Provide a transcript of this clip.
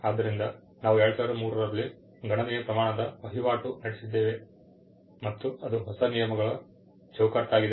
ಆದ್ದರಿಂದ ನಾವು 2003 ರಲ್ಲಿ ಗಣನೀಯ ಪ್ರಮಾಣದ ವಹಿವಾಟು ನಡೆಸಿದ್ದೇವೆ ಮತ್ತು ಅದು ಹೊಸ ನಿಯಮಗಳ ಚೌಕಟ್ಟಾಗಿದೆ